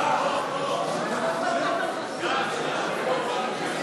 כל מי שלא אמרתי את שמו ורוצה לרשום את ההצבעה,